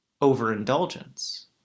overindulgence